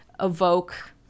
evoke